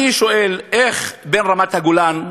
אני שואל, איך ברמת-הגולן הדרוזים,